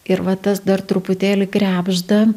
ir va tas dar truputėlį krebžda